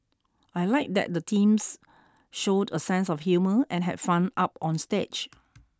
I like that the teams showed a sense of humour and had fun up on stage